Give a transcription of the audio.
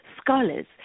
scholars